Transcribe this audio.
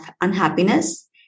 unhappiness